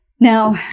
Now